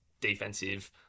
defensive